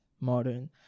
modern